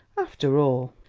after all,